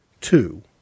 Two